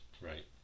Right